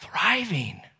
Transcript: thriving